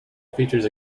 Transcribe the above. features